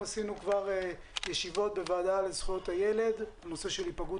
קיימנו כבר ישיבות בוועדה לזכויות הילד בנושא של היפגעות